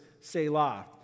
Selah